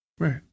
Right